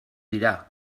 dira